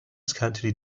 scantily